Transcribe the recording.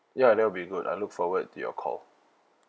ya that will be good I look forward to your call